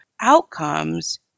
outcomes